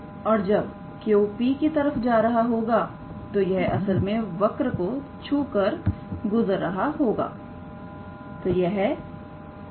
और जब Q P की तरह जा रहा होगा तब यह असल में वर्क को छू कर गुजार रहा होगा